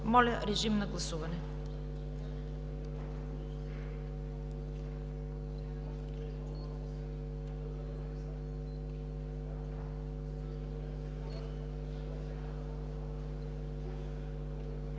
Моля, режим на гласуване.